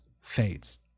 fades